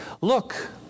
look